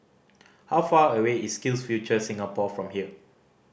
how far away is SkillsFuture Singapore from here